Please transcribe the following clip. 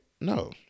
No